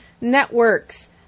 Networks